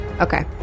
Okay